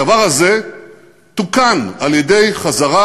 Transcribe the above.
הדבר הזה תוקן על-ידי חזרה,